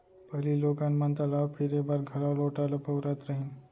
पहिली लोगन मन तलाव फिरे बर घलौ लोटा ल बउरत रहिन